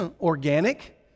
organic